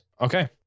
Okay